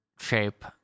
shape